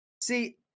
See